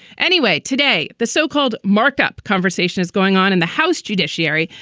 anyway, today the so-called mark-up conversation is going on in the house judiciary.